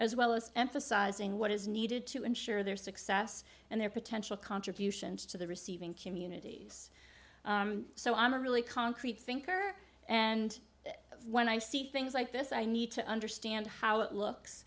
as well as emphasizing what is needed to ensure their success and their potential contributions to the receiving communities so i'm really concrete thinker and when i see things like this i need to understand how it